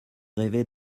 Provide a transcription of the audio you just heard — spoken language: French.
rêvé